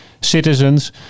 citizens